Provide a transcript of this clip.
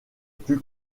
plus